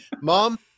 mom